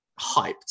hyped